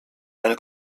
eine